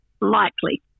Likely